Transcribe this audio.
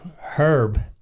Herb